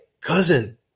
cousin